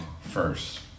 first